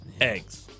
eggs